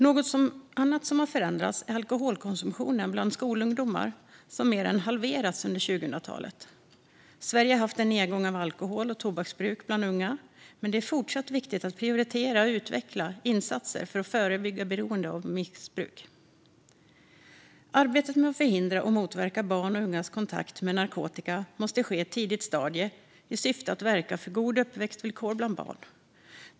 Något annat som har förändrats är alkoholkonsumtionen bland skolungdomar, som har mer än halverats under 2000-talet. Sverige har haft en nedgång av alkohol och tobaksbruk bland unga, men det är fortsatt viktigt att prioritera och utveckla insatser för att förebygga beroende och missbruk. Arbetet med att förhindra och motverka barns och ungas kontakt med narkotika måste ske på ett tidigt stadium och ha som syfte att verka för goda uppväxtvillkor bland barn.